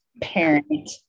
parent